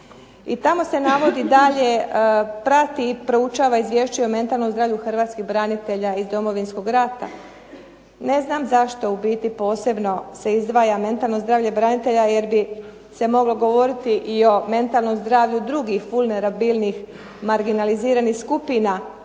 tamo se navodi dalje prati, proučava, izvješćuje o mentalnom zdravlju hrvatskih branitelja iz Domovinskog rata. Ne znam zašto u biti posebno se izdvaja mentalno zdravlje branitelja, jer bi se moglo govoriti i o mentalnom zdravlju drugih vulnerabilnih marginaliziranih skupina.